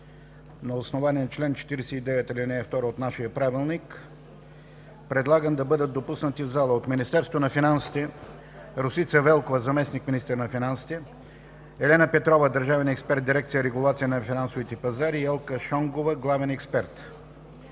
на основание чл. 49, ал. 2 от нашия правилник предлагам да бъдат допуснати в пленарната зала: От Министерството на финансите – Росица Велкова, заместник-министър на финансите; Елена Петрова – държавен експерт в дирекция „Регулация на финансовите пазари, Елка Шонгова – главен експерт.